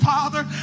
Father